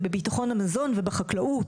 ובבטחון המזון ובחקלאות.